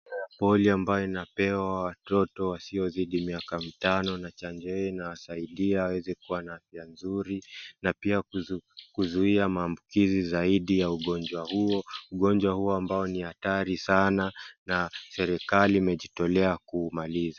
Polio ambayo inapewa watoto wasiozidi miaka mitano na chanjo hio inawasaidia waweze kuwa na afya nzuri na pia kuzuia maambukizi zaidi ya ugonjwa huo, ugonjwa huo ambao ni hatari sana na serikali imejitolea kuumaliza.